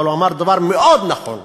אבל הוא אמר דבר מאוד נכון,